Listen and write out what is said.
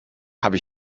habe